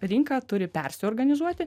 rinka turi persiorganizuoti